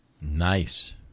Nice